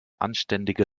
anständige